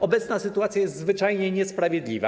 Obecna sytuacja jest zwyczajnie niesprawiedliwa.